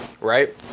right